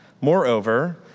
Moreover